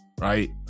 Right